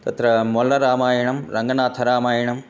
तत्रा मोल्लरामायणं रङ्गनाथरामायणम्